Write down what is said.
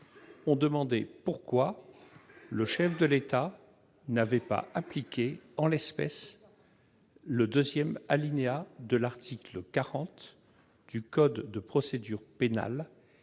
ont demandé pourquoi le chef de l'État n'avait pas appliqué, en l'espèce, le deuxième alinéa de l'article 40 du code de procédure pénale,